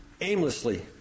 aimlessly